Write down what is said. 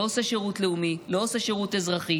לא עושה שירות לאומי, לא עושה שירות אזרחי